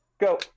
Go